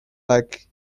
like